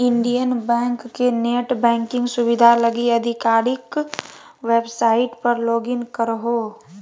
Indian bank के net banking सुविधा लगी आधिकारिक वेबसाइट पर लॉगिन करहो